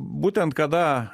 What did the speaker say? būtent kada